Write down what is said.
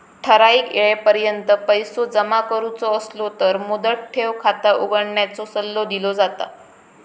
ठराइक येळेपर्यंत पैसो जमा करुचो असलो तर मुदत ठेव खाता उघडण्याचो सल्लो दिलो जाता